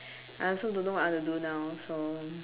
I also don't know what I want to do now so